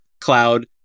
cloud